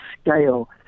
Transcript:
scale